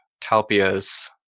Talpia's